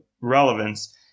relevance